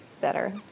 better